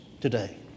today